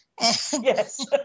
yes